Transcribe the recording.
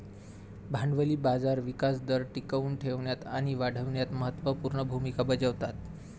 भांडवली बाजार विकास दर टिकवून ठेवण्यात आणि वाढविण्यात महत्त्व पूर्ण भूमिका बजावतात